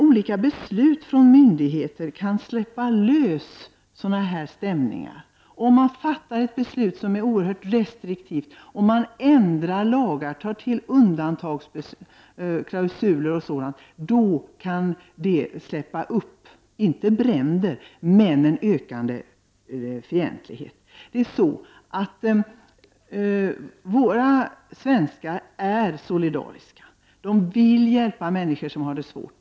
Vissa beslut från myndigheter kan dock släppa loss sådana stämningar. Om man fattar beslut som är oerhört restriktiva och om man ändrar lagar och tar till undantagsklausuler m.m., kan det leda till, inte bränder, men en ökad fientlighet. Svenskarna är solidariska. De vill hjälpa människor som har det svårt.